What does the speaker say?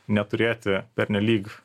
neturėti pernelyg